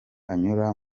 anyura